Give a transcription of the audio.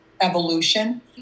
evolution